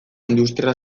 industria